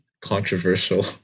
controversial